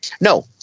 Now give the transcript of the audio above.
No